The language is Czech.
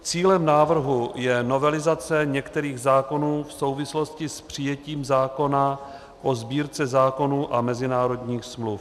Cílem návrhu je novelizace některých zákonů v souvislosti s přijetím zákona o Sbírce zákonů a mezinárodních smluv.